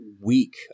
week